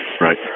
Right